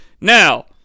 Now